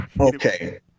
Okay